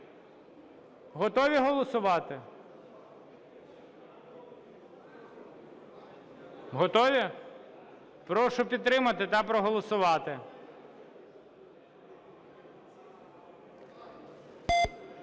Готові голосувати? Готові? Прошу підтримати та проголосувати.